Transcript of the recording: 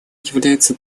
является